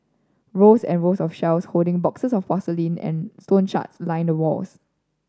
rows and rows of shelves holding boxes of porcelain and stone shards line the walls